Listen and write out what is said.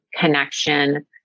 connection